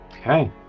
Okay